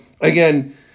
again